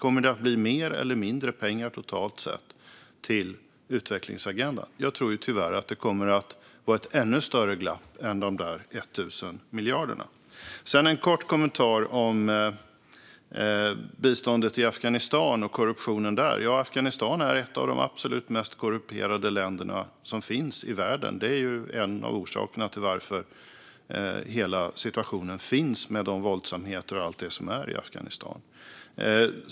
Kommer det att bli mer eller mindre pengar totalt sett till utvecklingsagendan? Jag tror tyvärr att det kommer att bli ett ännu större glapp än de där 1 000 miljarderna. Jag har en kort kommentar om biståndet till Afghanistan och korruptionen där. Ja, Afghanistan är ett av de absolut mest korrumperade länderna i världen. Det är en av orsakerna till hela situationen i Afghanistan, med de våldsamheter och allt som pågår.